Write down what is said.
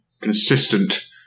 consistent